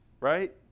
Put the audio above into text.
Right